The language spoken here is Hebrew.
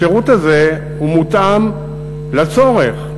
השירות הזה מותאם לצורך,